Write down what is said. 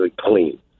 clean